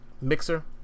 Mixer